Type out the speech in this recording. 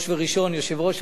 יושב-ראש הוועדה,